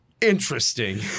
interesting